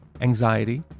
anxiety